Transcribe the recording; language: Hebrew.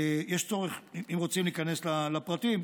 יש צורך, אם רוצים להיכנס לפרטים,